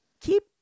keep